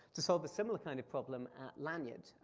to solve a similar kind of problem at lanyrd.